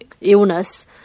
illness